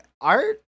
art